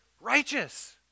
righteous